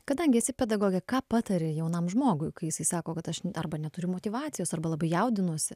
kadangi esi pedagogė ką patari jaunam žmogui kai jisai sako kad aš arba neturiu motyvacijos arba labai jaudinuosi